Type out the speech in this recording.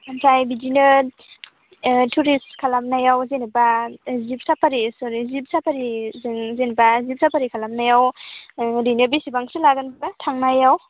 ओमफ्राय बिदिनो ओ टुरिस्ट खालामनायाव जेनेबा जिब साफारि सरि जिप साफारिजों जेनेबा जिप साफारि खालामनायाव ओरैनो बेसेबांसो लागोनबा थांनायाव